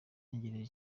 ntegereje